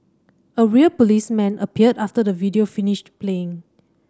a real policeman appeared after the video finished playing